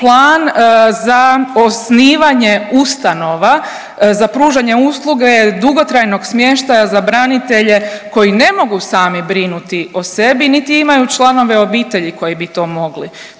plan za osnivanje ustanova za pružanje usluge dugotrajnog smještaja za branitelje koji ne mogu sami brinuti o sebi, niti imaju članove obitelji koji bi to mogli,